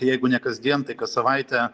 jeigu ne kasdien tai kas savaitę